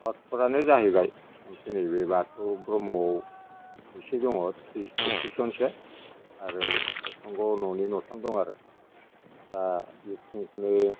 स'वातरआनो जाहैबाय ओमफ्राय नै बे बाथौ ब्रह्मआव इसे दं त्रिस फइट्रिस जनसो आरो सतसंग' न'नै न'थाम दं आरो दा बेखिनिखौनो